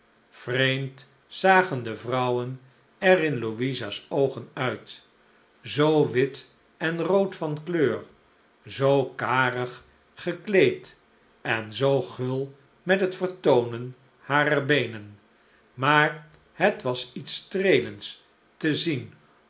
vreemd zagen de vrouwen er in louisa's oogen uit zoo wit en rood van kleur zoo karig gekleed en zoo gul met het vertoonen harer beenen maar het was iets streelends te zien